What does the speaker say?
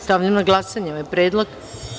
Stavljam na glasanje ovaj predlog.